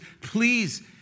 please